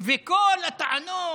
וכל הטענות,